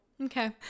okay